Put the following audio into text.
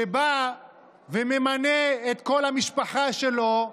שבא וממנה את כל המשפחה שלו,